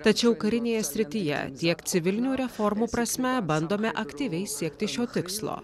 tačiau karinėje srityje tiek siekti civilinių reformų prasme bandome aktyviai siekti šio tikslo